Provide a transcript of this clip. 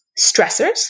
stressors